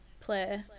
play